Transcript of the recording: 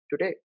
today